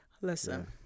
Listen